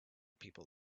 people